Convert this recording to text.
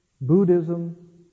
Buddhism